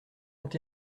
vingt